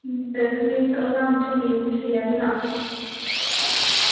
ꯎꯝ ꯑꯗꯨꯅꯤ ꯑꯉꯥꯡꯒꯤꯁꯨ ꯌꯦꯡꯕꯁꯨ ꯌꯥꯏꯅ